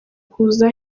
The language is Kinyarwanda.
kuza